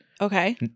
Okay